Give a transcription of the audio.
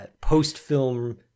post-film